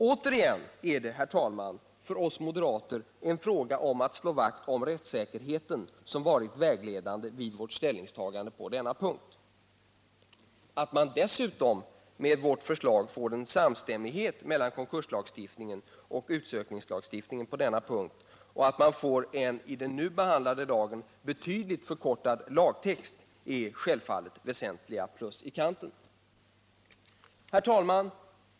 Återigen är det för oss moderater en fråga om att slå vakt om rättssäkerheten som har varit vägledande vid vårt ställningstagande. Att man dessutom med vårt förslag får en samstämmighet mellan konkurslagstiftningen och utsökningslagstiftningen på denna punkt och att man får en i den nu behandlade lagen betydligt förkortad lagtext är självfallet väsentliga plus i kanten. Herr talman!